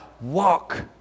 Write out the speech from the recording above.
walk